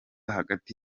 hagati